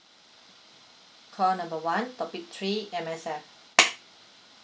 call number one topic three M_S_F